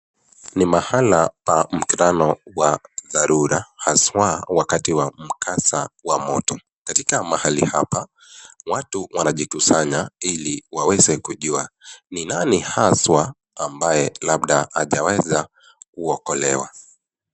Ni mahali pa mkutano wa dharura haswa wakati wa mkasa wa moto. katika mahali hapa watu wanajikusanya iliwaweze kujua ni nani haswa ambaye labda hajaweza kuokolewa.